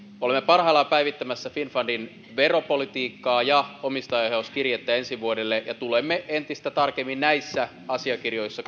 olemme parhaillaan päivittämässä finnfundin veropolitiikkaa ja omistajaohjauskirjettä ensi vuodelle ja kun kysyttiin konkreettisia toimia tulemme entistä tarkemmin näissä asiakirjoissa